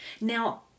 Now